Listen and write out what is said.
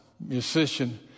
musician